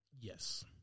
Yes